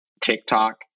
TikTok